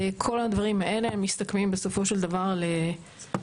כל הדברים האלה מסתכמים בסופו של דבר לבין